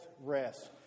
rest